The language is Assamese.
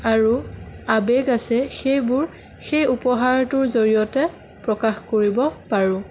আৰু আবেগ আছে সেইবোৰ সেই উপহাৰটোৰ জৰিয়তে প্ৰকাশ কৰিব পাৰোঁ